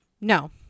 no